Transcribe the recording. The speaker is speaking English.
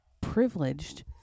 privileged